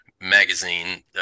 magazine